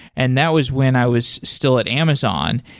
and that was when i was still at amazon.